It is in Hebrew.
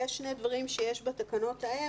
יש שני דברים שיש בתקנות ההן,